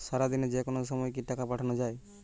সারাদিনে যেকোনো সময় কি টাকা পাঠানো য়ায়?